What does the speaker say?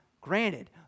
granted